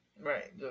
right